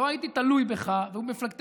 לא הייתי תלוי בך ובמפלגתך,